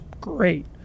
great